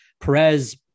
Perez